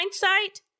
Hindsight